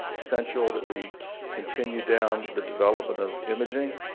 essential that we continue down the development of imaging.